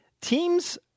Teams